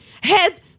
head